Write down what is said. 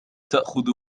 تأخذ